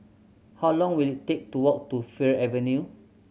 how long will it take to walk to Fir Avenue